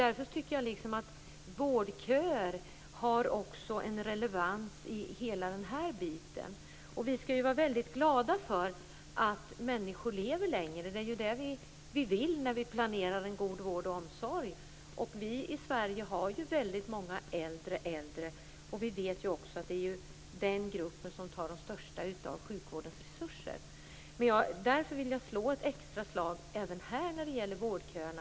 Därför tycker jag att vårdköer också har en relevans i hela den här biten. Vi skall vara väldigt glada för att människor lever längre. Det är det vi vill när vi planerar en god vård och omsorg. I Sverige har vi ju väldigt många "äldre äldre". Vi vet att det också är den gruppen som tar det mesta av sjukvårdens resurser. Därför vill jag slå ett extra slag även här när det gäller vårdköerna.